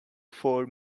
four